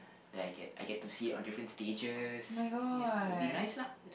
that I get I get to see on different stages ya it will be nice lah